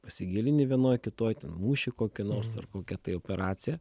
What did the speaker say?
pasigilini vienoj kitoj ten mušį kokį nors ar kokią tai operaciją